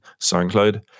SoundCloud